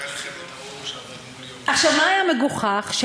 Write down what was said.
עכשיו, מה היה מגוחך?